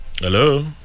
hello